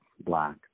black